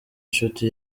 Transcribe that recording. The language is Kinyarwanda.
inshuti